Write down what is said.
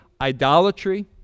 idolatry